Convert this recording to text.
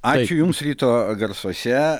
ačiū jums ryto garsuose